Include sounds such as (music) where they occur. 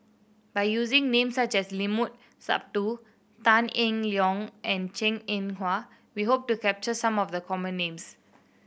by using names such as Limat Sabtu Tan Eng Liong and (unintelligible) Hwa we hope to capture some of the common names